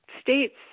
states